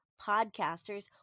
podcasters